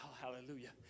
Hallelujah